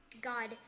God